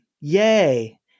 Yay